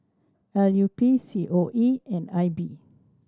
L U P C O E and I B